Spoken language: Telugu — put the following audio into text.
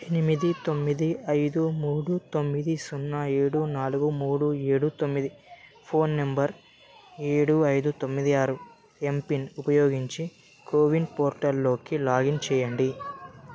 ఎనిమిది తొమ్మిది ఐదు మూడు తొమ్మిది సున్నా ఏడు నాలుగు మూడు ఏడు తొమ్మిది ఫోన్ నంబర్ ఏడు ఐదు తొమ్మిది ఆరు ఎంపిన్ ఉపయోగించి కోవిన్ పోర్టల్లోకి లాగిన్ చేయండి